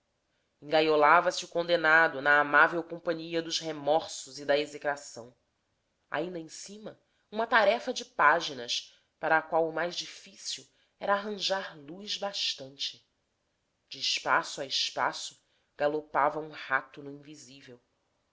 a cafua engaiolava se o condenado na amável companhia dos remorsos e da execração ainda em cima uma tarefa de páginas para a qual o mais difícil era arranjar luz bastante de espaço a espaço galopava um rato no invisível